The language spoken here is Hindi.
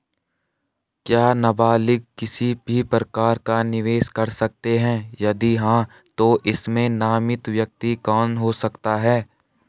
क्या नबालिग किसी भी प्रकार का निवेश कर सकते हैं यदि हाँ तो इसमें नामित व्यक्ति कौन हो सकता हैं?